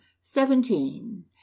seventeen